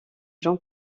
jean